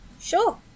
Sure